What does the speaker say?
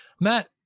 Matt